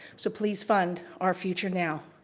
so please fund our future now.